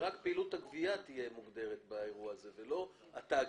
שרק פעילות הגבייה תהיה מוגדרת באירוע הזה ולא התאגיד.